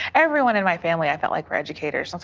everyone in my family i felt like were educators,